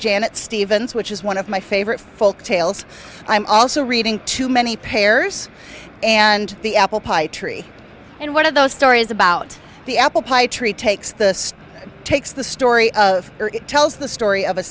janet stevens which is one of my favorite folk tales i'm also reading too many pairs and the apple pie tree and one of those stories about the apple pie tree takes the takes the story of tells the story of a